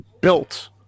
built